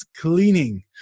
cleaning